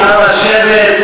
מוזס.